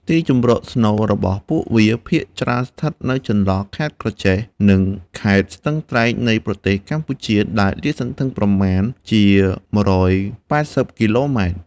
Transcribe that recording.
ទីជម្រកស្នូលរបស់ពួកវាភាគច្រើនស្ថិតនៅចន្លោះ ខេត្តក្រចេះ និង ខេត្តស្ទឹងត្រែង នៃប្រទេសកម្ពុជា ដែលលាតសន្ធឹងប្រមាណជា ១៨០ គីឡូម៉ែត្រ។